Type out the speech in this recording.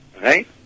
Right